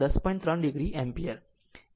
3 o ampere